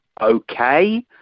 Okay